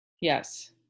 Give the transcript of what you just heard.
Yes